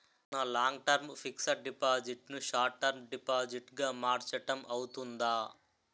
నా long term fixed deposit ను short term deposit గా మార్చటం అవ్తుందా?